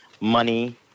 money